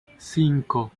cinco